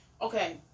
Okay